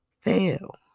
fail